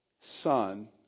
Son